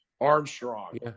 Armstrong